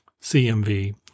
CMV